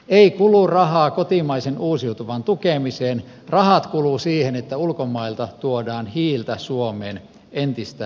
ei kulu rahaa kotimaisen uusiutuvan tukemiseen rahat kuluvat siihen että ulkomailta tuodaan hiiltä suomeen entistä enemmän